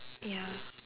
ya